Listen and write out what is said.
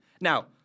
now